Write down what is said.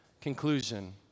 conclusion